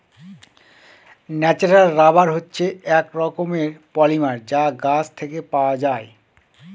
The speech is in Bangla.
ন্যাচারাল রাবার হচ্ছে এক রকমের পলিমার যা গাছ থেকে পাওয়া যায়